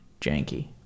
janky